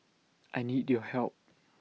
I need your help